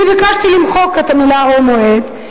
אני ביקשתי למחוק את המלים "או מועד",